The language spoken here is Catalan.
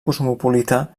cosmopolita